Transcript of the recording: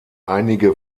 einige